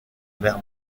mer